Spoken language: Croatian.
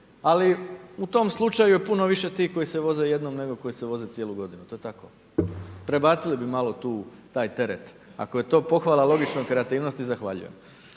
ali u tom slučaju je puno više tih koji se voze jednom, nego koji se voze cijelu godinu. To je tako, prebacili bi malo taj teret, ako je to pohvala logične kreativnosti, zahvaljujem.